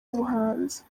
ubuhanzi